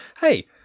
Hey